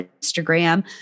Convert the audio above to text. Instagram